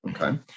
Okay